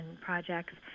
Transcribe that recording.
projects